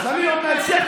אז אני לא מנהל שיח.